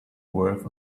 worth